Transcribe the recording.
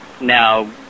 now